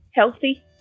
Healthy